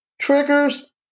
Triggers